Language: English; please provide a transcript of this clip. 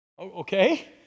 Okay